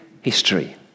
history